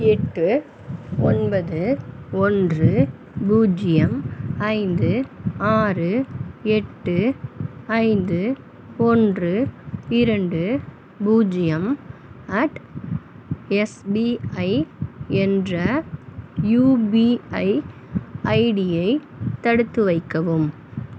எட்டு ஒன்பது ஒன்று பூஜ்ஜியம் ஐந்து ஆறு எட்டு ஐந்து ஒன்று இரண்டு பூஜ்ஜியம் அட் எஸ்பிஐ என்ற யுபிஐ ஐடியை தடுத்து வைக்கவும்